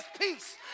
peace